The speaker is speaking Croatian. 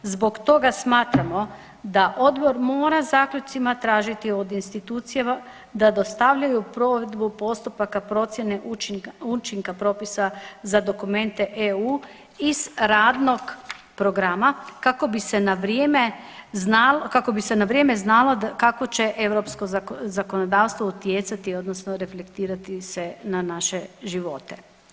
Zbog toga smatramo da odbor mora zaključcima tražiti od institucija da dostavljaju provedbu postupaka procjene učinka propisa za dokumente EU iz radnog programa kako bi se na vrijeme znalo, kao bi se na vrijeme znalo kako će europsko zakonodavstvo utjecati odnosno reflektirati se na naše živote.